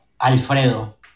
alfredo